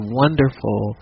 wonderful